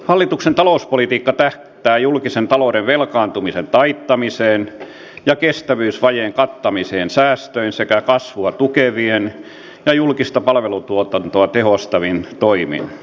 hallituksen talouspolitiikka tähtää julkisen talouden velkaantumisen taittamiseen ja kestävyysvajeen kattamiseen säästöin sekä kasvua tukevin ja julkista palvelutuotantoa tehostavin toimin